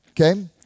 Okay